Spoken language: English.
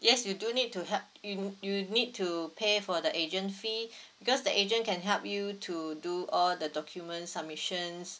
yes you do need to help you you need to pay for the agent fee because the agent can help you to do all the documents submissions